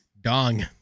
dong